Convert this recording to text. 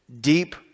deep